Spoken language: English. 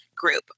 group